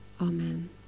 Amen